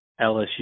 LSU